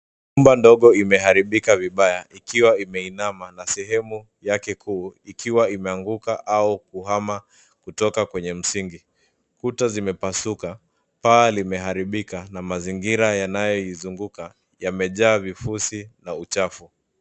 Nyumba ndogo imeharibika vibaya ikiwa imeinama na sehemu yake kuu ikiwa imeanguka au kuhama kutoka kwenye msingi. Kuta zimepasuka, paa limeharibika na mazingira yanayoizunguka, yamejaa vifusi na uchafu.